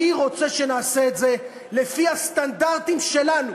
אני רוצה שנעשה את זה לפי הסטנדרטים שלנו,